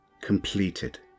completed